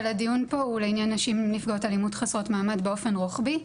אבל הדיון פה הוא לעניין נשים נפגעות אלימות חסרות מעמד באופן רוחבי,